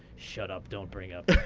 shut up, don't bring up